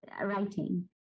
writing